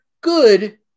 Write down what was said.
good